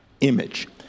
image